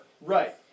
Right